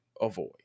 avoid